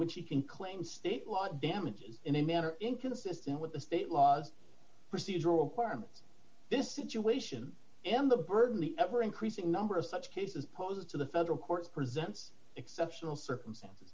which he can claim state law damages in a manner inconsistent with the state laws procedural parlance this situation in the burden the ever increasing number of such cases posed to the federal courts presents exceptional circumstances